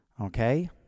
Okay